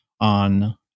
on